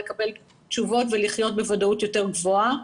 כולנו רוצים לקבל תשובות ולחיות בוודאות יותר גבוהה,